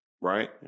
Right